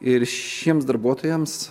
ir šiems darbuotojams